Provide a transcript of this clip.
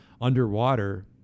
underwater